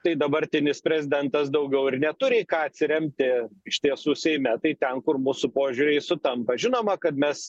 tai dabartinis prezidentas daugiau ir neturi į ką atsiremti iš tiesų seime tai ten kur mūsų požiūriai sutampa žinoma kad mes